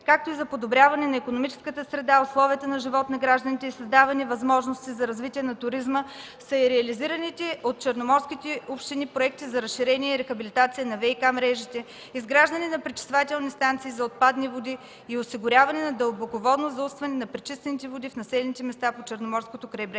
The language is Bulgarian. както и за подобряване на икономическата среда, условията на живот на гражданите и създаване на възможности за развитие на туризма са и реализираните от черноморските общини проекти за разширение и рехабилитация на ВиК-мрежите, изграждане на пречиствателни станции за отпадни води и осигуряване на дълбоководно заустване на пречистените води в населените места по Черноморското крайбрежие.